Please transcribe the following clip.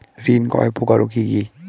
ঋণ কয় প্রকার ও কি কি?